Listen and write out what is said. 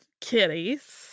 kitties